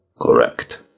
Correct